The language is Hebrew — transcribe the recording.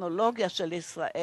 הטכנולוגיה של ישראל,